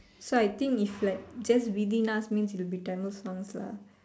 so I think if like just within us means it will be Tamil songs lah